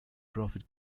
profit